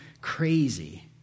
crazy